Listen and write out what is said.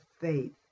faith